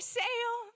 sale